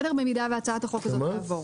במידה והצעת החוק הזאת תעבור.